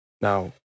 Now